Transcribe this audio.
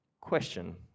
Question